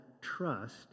trust